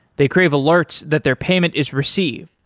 they crave alerts that their payment is received.